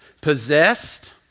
possessed